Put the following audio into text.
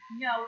No